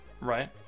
Right